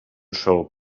sol